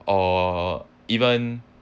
or even